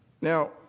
Now